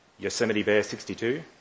YosemiteBear62